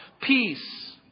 Peace